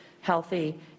healthy